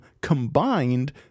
combined